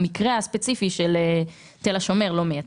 המקרה הספציפי של תל השומר לא מייצג.